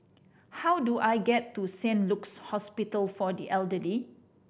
how do I get to Saint Luke's Hospital for the Elderly